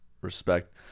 respect